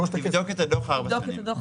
לבדוק את הדוח, ארבע שנים.